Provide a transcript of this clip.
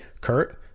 Kurt